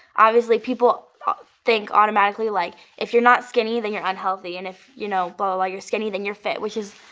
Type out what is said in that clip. obviously, people think automatically like if you're not skinny then you're unhealthy and if you know blah, blah, blah you're skinny then you're fit, which is,